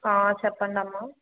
చెప్పండమ్మా